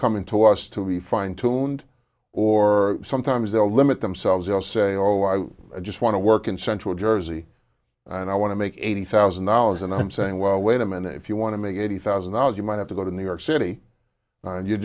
coming to us to be fine tuned or sometimes they'll limit themselves they'll say oh i just want to work in central jersey and i want to make eighty thousand dollars and i'm saying well wait a minute if you want to make eighty thousand dollars you might have to go to new york city and you're